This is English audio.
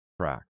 track